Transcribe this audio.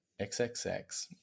XXX